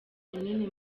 runini